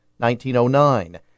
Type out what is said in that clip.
1909